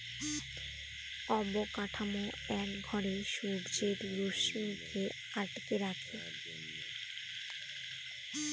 অবকাঠামো এক ঘরে সূর্যের রশ্মিকে আটকে রাখে